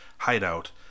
hideout